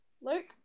Luke